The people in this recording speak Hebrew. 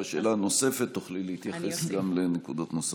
בשאלה הנוספת תוכלי להתייחס לנקודות נוספות.